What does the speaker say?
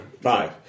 Five